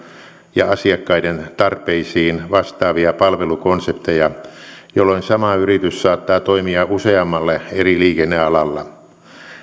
ja asiakkaiden tarpeisiin vastaavia palvelukonsepteja jolloin sama yritys saattaa toimia useammalla eri liikennealalla